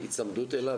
היצמדות אליו